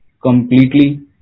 completely